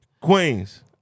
Queens